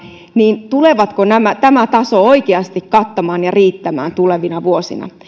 niin tuleeko tämä taso oikeasti kattamaan ja riittämään tulevina vuosina